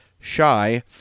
shy